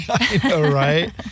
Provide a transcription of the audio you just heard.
Right